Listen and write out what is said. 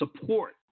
support